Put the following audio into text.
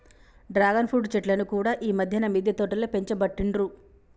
dragon fruit చెట్లను కూడా ఈ మధ్యన మిద్దె తోటలో పెంచబట్టిండ్రు